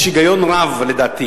יש היגיון רב לדעתי